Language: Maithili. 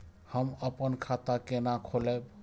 हम अपन खाता केना खोलैब?